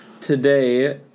today